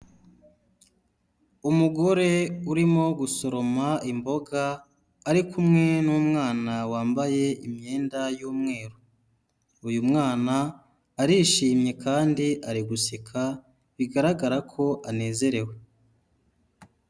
Umugore urimo gusoroma imboga ari kumwe n'umwana wambaye imyenda y'umweru, uyu mwana arishimye kandi ari guseka bigaragara ko anezerewe.